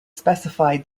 specify